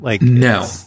No